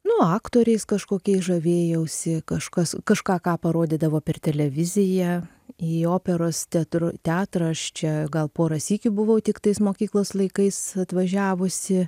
nu aktoriais kažkokiais žavėjausi kažkas kažką ką parodydavo per televiziją į operos teatru teatrą aš čia gal porą sykių buvau tiktais mokyklos laikais atvažiavusi